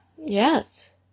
Yes